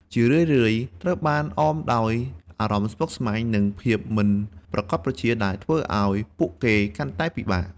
ជារឿយៗត្រូវបានអមដោយអារម្មណ៍ស្មុគស្មាញ និងភាពមិនប្រាកដប្រជា ដែលបានធ្វើឲ្យពួកគេកាន់តែពិបាក។